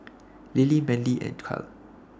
Lilie Manly and Cal